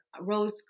rose